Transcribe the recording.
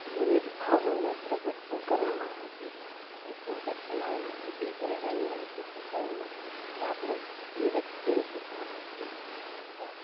વિવિધ ભાવોનું પ્રગટ પણ કરવામાં આવે છે કે આ ચોસઠ કલાઓમાંથી એક રહેલી આ ચિત્રકલામાં એ આપણે વિવિધ શિલ્પ સ્થાપત્ય તથા